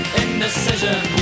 indecision